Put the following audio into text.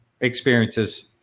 experiences